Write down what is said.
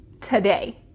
today